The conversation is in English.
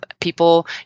People